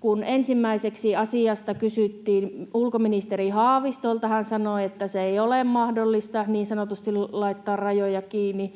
kun ensimmäiseksi asiasta kysyttiin ulkoministeri Haavistolta, hän sanoi, että ei ole mahdollista, niin sanotusti, laittaa rajoja kiinni.